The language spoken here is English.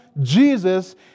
Jesus